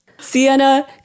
Sienna